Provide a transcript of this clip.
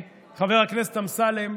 חבר הכנסת אמסלם,